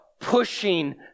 pushing